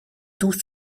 tout